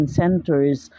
centers